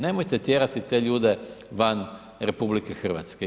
Nemojte tjerati te ljude van RH.